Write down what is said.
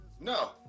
No